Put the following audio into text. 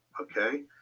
Okay